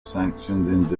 sanctioned